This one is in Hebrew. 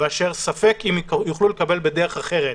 -- ואשר ספק אם יוכלו לקבל בדרך אחרת.